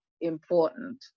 important